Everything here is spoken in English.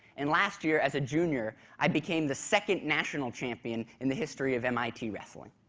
and last year as a junior i became the second national champion in the history of mit wrestling.